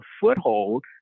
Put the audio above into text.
foothold